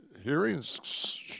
hearings